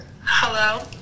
Hello